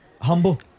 humble